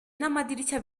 n’amadirishya